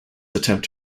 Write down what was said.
attempt